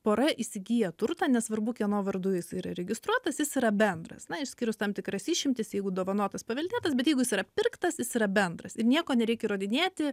pora įsigyja turtą nesvarbu kieno vardu jisai yra registruotas jis yra bendras na išskyrus tam tikras išimtis jeigu dovanotas paveldėtas bet jeigu jis yra pirktas jis yra bendras ir nieko nereikia įrodinėti